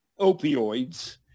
opioids